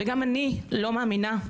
וגם אני לא מאמינה,